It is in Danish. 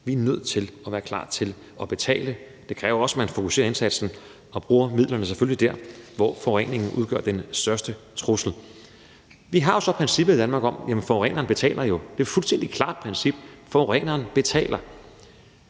vi er nødt til at være klar til at betale. Det kræver også, at man fokuserer indsatsen og selvfølgelig bruger midlerne, hvor forureningen udgør den største trussel. Vi har jo så princippet i Danmark om, at forureneren betaler. Det er et fuldstændig klart princip: Forureneren betaler.